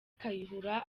kayihura